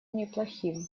неплохим